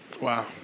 Wow